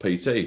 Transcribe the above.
PT